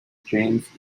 james